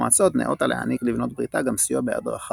ברית המועצות ניאותה להעניק לבנות בריתה גם סיוע בהדרכה